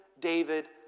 David